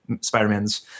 Spider-Man's